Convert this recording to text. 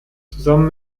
zusammen